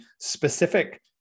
specific